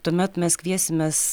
tuomet mes kviesimės